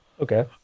Okay